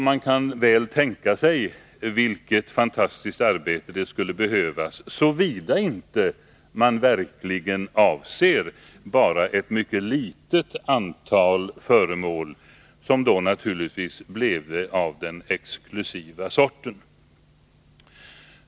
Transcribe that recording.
Man kan väl tänka sig vilket fantastiskt arbete det skulle behövas, såvida man verkligen inte avser bara ett mycket litet antal föremål som då naturligtvis bleve av den exklusiva sorten.